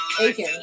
Aiken